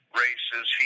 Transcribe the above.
races